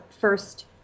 first